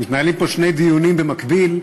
מתנהלים פה שני דיונים במקביל,